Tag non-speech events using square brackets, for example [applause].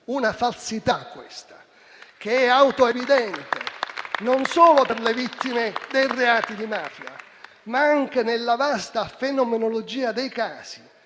Una falsità, questa, [applause] che è autoevidente, non solo per le vittime dei reati di mafia, ma anche nella vasta fenomenologia dei casi